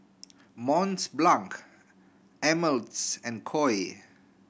Mont Blanc Ameltz and Koi